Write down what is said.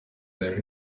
there